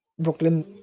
Brooklyn